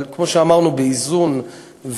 אבל כמו שאמרנו, נעשה את זה באיזון ובתבונה.